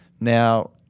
Now